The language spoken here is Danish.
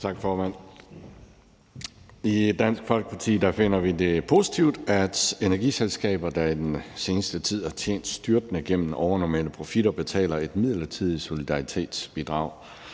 I Dansk Folkeparti finder vi det positivt, at energiselskaber, der i den seneste tid har tjent styrtende gennem overnormale profitter, betaler et midlertidigt solidaritetsbidrag